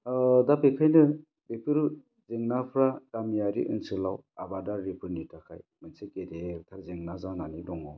दा बेखायनो बेफोरो जेंनाफ्रा गामियारि ओनसोलाव आबादारिफोरनि थाखाय मोनसे गेदेर जेंना जानानै दङ